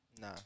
Nah